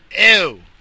ew